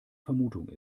vermutung